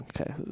okay